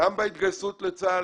גם בהתגייסות לצה"ל,